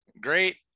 great